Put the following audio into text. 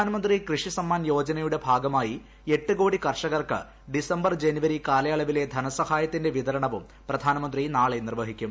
പ്രധാനമന്ത്രി കൃഷി സമ്മാൻ യോജനയുടെ ഭാഗമായി എട്ട് കോടി കർഷകർക്ക് ഡിസംബർ ജനുവരി കാലയളവിലെ ധനസഹായത്തിന്റെ വിതരണവും പ്രധാനമന്ത്രി നാളെ നിർവ്വഹിക്കും